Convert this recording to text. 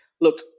look